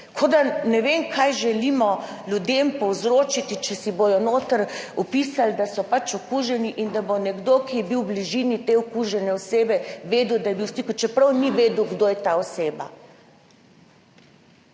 počelo? Kot da želimo ljudem povzročiti ne vem kaj, če si bodo noter vpisali, da so pač okuženi in da bo nekdo, ki je bil v bližini te okužene osebe, vedel, da je bil v stiku, čeprav ni vedel, kdo je ta oseba.